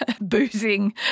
Boozing